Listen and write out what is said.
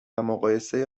مقایسه